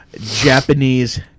Japanese